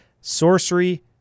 Sorcery